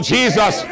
Jesus